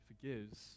forgives